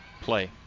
Play